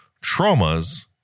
Trauma's